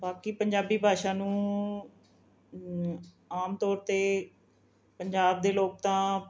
ਬਾਕੀ ਪੰਜਾਬੀ ਭਾਸ਼ਾ ਨੂੰ ਆਮ ਤੌਰ 'ਤੇ ਪੰਜਾਬ ਦੇ ਲੋਕ ਤਾਂ